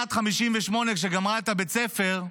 ובשנת 1958, כשגמרה את בית הספר,